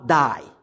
die